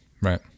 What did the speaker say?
Right